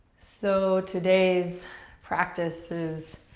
so today's practice is